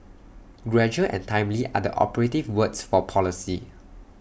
gradual and timely are the operative words for policy